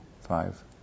five